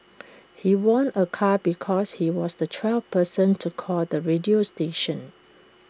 he won A car because he was the twelfth person to call the radio station